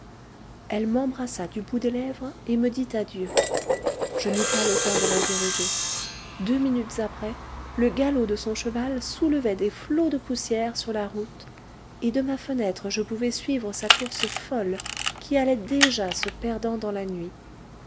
elle m'embrassa du bout des lèvres et me dit adieu je n'eus pas le temps de l'interroger deux minutes après le galop de son cheval soulevait des flots de poussière sur la route et de ma fenêtre je pouvais suivre sa course folle qui allait déjà se perdant dans la nuit